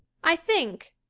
i think,